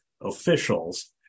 officials